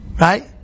Right